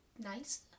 nice